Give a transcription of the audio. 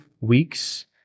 weeks